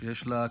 שיש לה,